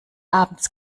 abends